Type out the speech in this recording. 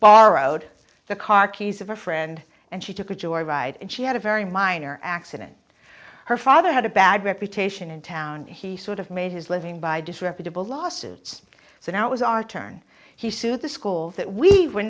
borrowed the car keys of a friend and she took a joyride and she had a very minor accident her father had a bad reputation in town and he sort of made his living by disreputable lawsuits so now it was our turn he sued the school that we were